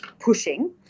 pushing